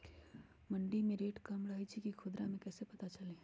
मंडी मे रेट कम रही छई कि खुदरा मे कैसे पता चली?